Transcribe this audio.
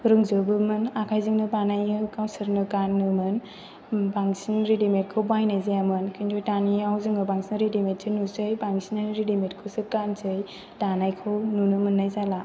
रोंजोबोमोन आखाइजोंनो बानायो गावसोरनो गानोमोन बांसिन रेडिमेडखौ बायनाय जायामोन किन्थु दानियाव जोङो बांसिन रेडिमेडसो नुसै बांसिनानो रेडिमेडखौसो गानसै दानायखौ नुनो मोननाय जाला